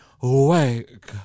Wake